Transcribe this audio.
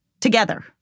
Together